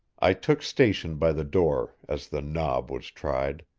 i took station by the door as the knob was tried.